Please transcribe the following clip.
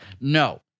No